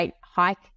hike